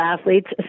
athletes